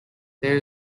there